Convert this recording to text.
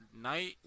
night